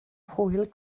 hwyl